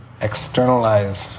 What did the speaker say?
externalized